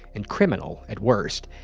and criminal at worst.